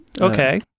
Okay